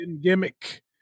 gimmick